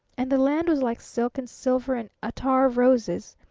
and the land was like silk and silver and attar of roses.